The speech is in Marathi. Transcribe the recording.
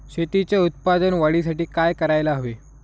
शेतीच्या उत्पादन वाढीसाठी काय करायला हवे?